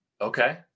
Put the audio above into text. Okay